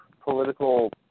political